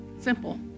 Simple